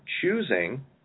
choosing